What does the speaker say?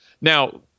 Now